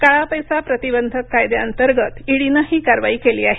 काळा पैसा प्रतिबंधक कायद्याअंतर्गत ईडीनं ही कारवाई केली आहे